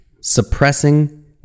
suppressing